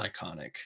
iconic